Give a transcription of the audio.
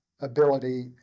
ability